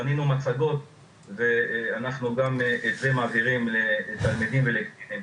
בנינו מצגות ואנחנו מעבירים אותן לתלמידים וקטינים.